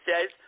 says